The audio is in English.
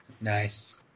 Nice